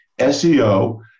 SEO